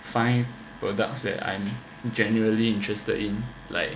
find products that I'm genuinely interested in like